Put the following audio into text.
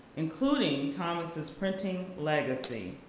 including thomas' printing legacy.